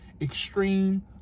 extreme